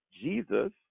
Jesus